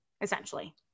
Essentially